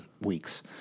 weeks